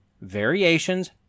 variations